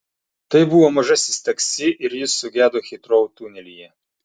tai buvo mažasis taksi ir jis sugedo hitrou tunelyje